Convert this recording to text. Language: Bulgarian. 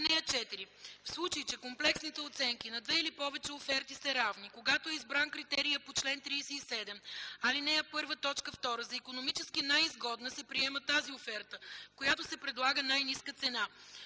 4 и 5: „(4) В случай че комплексните оценки на две или повече оферти са равни, когато е избран критерият по чл. 37, ал. 1, т. 2, за икономически най-изгодна се приема тази оферта, в която се предлага най-ниска цена.